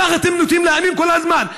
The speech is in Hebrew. ככה אתם נוטים להאמין כל הזמן.